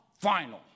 final